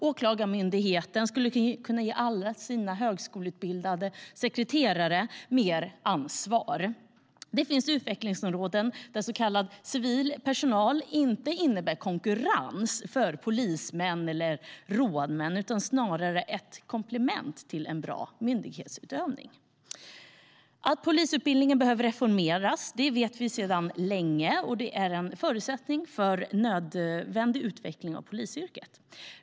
Åklagarmyndigheten skulle kunna ge alla sina högskoleutbildade sekreterare mer ansvar. Det finns utvecklingsområden där så kallad civil personal inte innebär konkurrens för polismän eller rådmän utan snarare är ett komplement i en bra myndighetsutövning. Att polisutbildningen behöver reformeras vet vi sedan länge. Det är en förutsättning för en nödvändig utveckling av polisyrket.